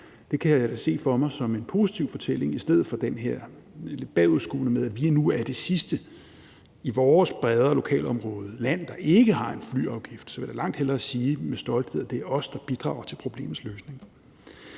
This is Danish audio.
Det kan jeg da se for mig som en positiv fortælling i stedet for den her lidt bagudskuende med, at vi nu er det sidste land i vores brede lokalområde, der ikke har en flyafgift. Jeg vil langt hellere med stolthed sige, at det er os, der bidrager til problemets løsning.